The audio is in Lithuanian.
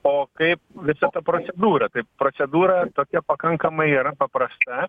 o kaip visa ta procedūra tai procedūra tokia pakankamai yra paprasta